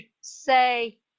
say